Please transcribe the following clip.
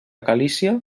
galícia